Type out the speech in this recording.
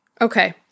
Okay